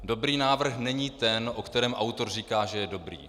Dobrý návrh není ten, o kterém autor říká, že je dobrý.